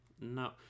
No